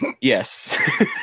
Yes